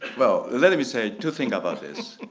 let let me say two things about this.